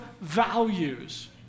values